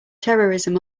terrorism